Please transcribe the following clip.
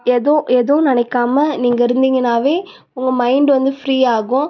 எதுவும் எதுவும் நினைக்காம நீங்கள் இருந்தீங்கனாவே உங்கள் மைண்ட் வந்து ஃப்ரீ ஆகும்